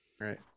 Right